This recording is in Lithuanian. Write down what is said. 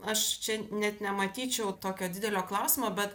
aš čia net nematyčiau tokio didelio klausimo bet